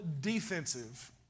defensive